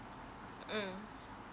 mm